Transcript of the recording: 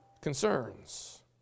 concerns